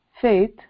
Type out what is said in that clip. faith